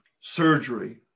surgery